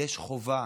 יש חובה